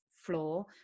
Floor